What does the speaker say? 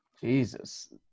jesus